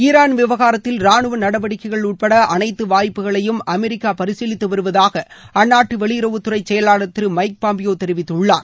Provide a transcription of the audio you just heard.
Iran விவகாரத்தில் ரானுவ நடவடிக்கைகள் உட்பட அனைத்து வாய்ப்புகளையும் அமெரிக்கா பரிசீலித்து வருவதாக அந்நாட்டு வெளியுறவுத்துறை செயலாளர் திரு மைக் பாம்பியோ தெரிவித்துள்ளார்